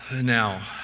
Now